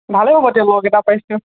ভালেই হ'ব এতিয়া লগ এটা পাইছোঁ